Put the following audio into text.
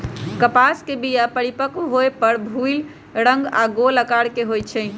कपास के बीया परिपक्व होय पर भूइल रंग आऽ गोल अकार के होइ छइ